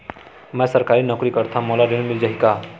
मै सरकारी नौकरी करथव मोला ऋण मिल जाही?